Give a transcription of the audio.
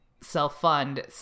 self-fund